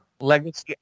Legacy